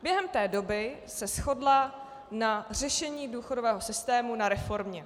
Během té doby se shodla na řešení důchodového systému, na reformě.